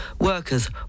workers